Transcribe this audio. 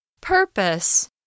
Purpose